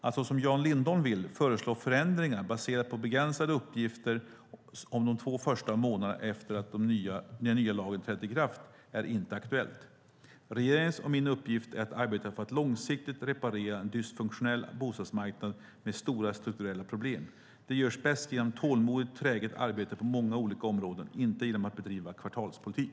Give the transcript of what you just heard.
Att, så som Jan Lindholm vill, föreslå förändringar baserade på begränsade uppgifter om de två första månaderna efter det att den nya lagen trädde i kraft är inte aktuellt. Regeringens och min uppgift är att arbeta för att långsiktigt reparera en dysfunktionell bostadsmarknad med stora strukturella problem. Det görs bäst genom ett tålmodigt, träget arbete på många olika områden, inte genom att bedriva kvartalspolitik.